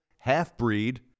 half-breed